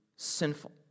sinful